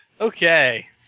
Okay